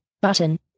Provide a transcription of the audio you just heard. button